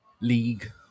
league